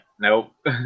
nope